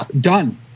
Done